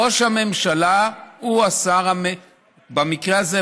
ראש הממשלה במקרה הזה,